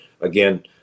again